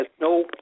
no